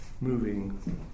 moving